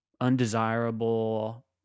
undesirable